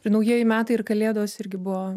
ir naujieji metai ir kalėdos irgi buvo